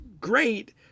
great